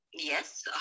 Yes